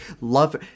love